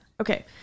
Okay